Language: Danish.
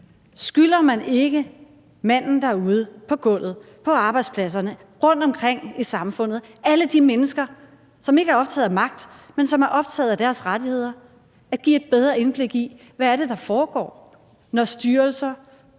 Skylder man ikke manden på gulvet derude, på arbejdspladserne, rundtomkring i samfundet, alle de mennesker, som ikke er optaget af magt, men som er optaget af deres rettigheder, at give et bedre indblik i, hvad der foregår, når styrelser